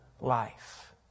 life